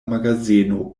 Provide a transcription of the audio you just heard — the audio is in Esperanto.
magazeno